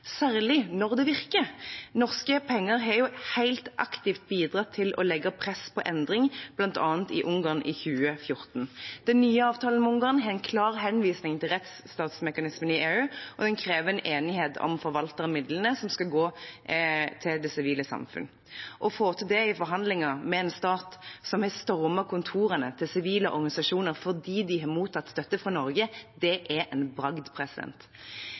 særlig når det virker. Norske penger har jo helt aktivt bidratt til å legge press på endring, bl.a. i Ungarn i 2014. Den nye avtalen med Ungarn har en klar henvisning til rettsstatsmekanismen i EU og krever en enighet om forvaltning av midler som skal gå til det sivile samfunn. Å få til det i forhandlinger med en stat som har stormet kontorene til sivile organisasjoner fordi de har mottatt støtte fra Norge, er en bragd.